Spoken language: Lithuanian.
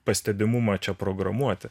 pastebimumą čia programuoti